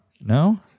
No